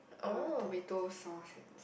oh